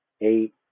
eight